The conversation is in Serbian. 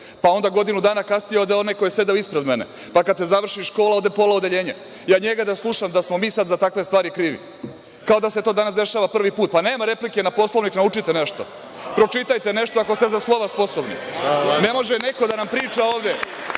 Onda, godinu dana kasnije ode onaj ko je sedeo ispred mene, pa kada se završi škola od pola odeljenja. Ja njega da slušam da smo mi sada za takve stvari krivi, kao da se to dešava prvi put. Nema replike na Poslovnik, naučite nešto. Pročitajte nešto ako ste za slova sposobni. Ne može neko da nam priča ovde